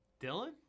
Dylan